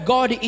God